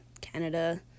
Canada